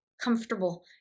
comfortable